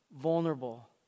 Vulnerable